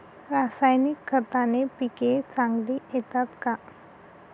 रासायनिक खताने पिके चांगली येतात का?